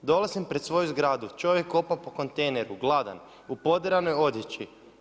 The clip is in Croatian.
Dolazim pred svoju zgradu, čovjeka kopa po kontejneru, gladan u poderanoj odjeći.